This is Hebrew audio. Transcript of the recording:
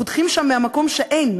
חותכים שם מהמקום שאין,